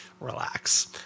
relax